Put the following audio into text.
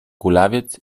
kulawiec